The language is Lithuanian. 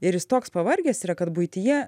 ir jis toks pavargęs yra kad buityje